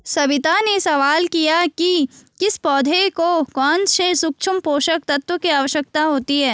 सविता ने सवाल किया कि किस पौधे को कौन से सूक्ष्म पोषक तत्व की आवश्यकता होती है